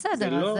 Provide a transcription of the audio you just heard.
בסדר.